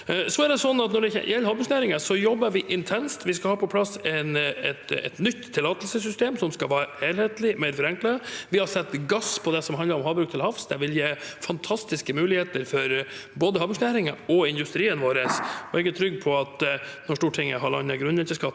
Når det gjelder havbruksnæringen, jobber vi intenst. Vi skal ha på plass et nytt tillatelsessystem som skal være helhetlig og mer forenklet. Vi har satt gass på det som handler om havbruk til havs. Det vil gi fantastiske muligheter for både havbruksnæringen og industrien vår, og jeg er trygg på at når Stortinget har landet grunnrenteskatten,